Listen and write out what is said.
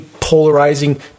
polarizing